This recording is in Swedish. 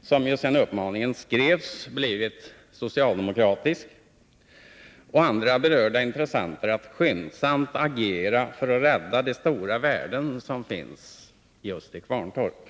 som — sedan uppmaningen skrevs — blivit en socialdemokratisk regering, och andra berörda intressenter att skyndsamt agera för att rädda de stora värden som finns just i Kvarntorp.